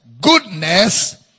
goodness